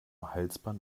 halsband